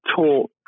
talk